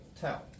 tell